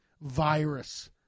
virus